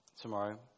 tomorrow